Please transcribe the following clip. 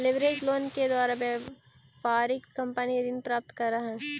leverage loan के द्वारा व्यापारिक कंपनी ऋण प्राप्त करऽ हई